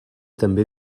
també